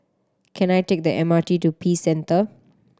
can I take the M R T to Peace Centre